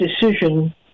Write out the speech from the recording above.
decision